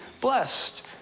blessed